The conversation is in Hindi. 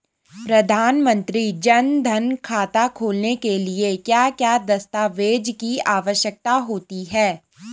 प्रधानमंत्री जन धन खाता खोलने के लिए क्या क्या दस्तावेज़ की आवश्यकता होती है?